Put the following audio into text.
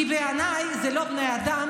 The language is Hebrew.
כי בעיניי זה לא בני אדם,